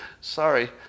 Sorry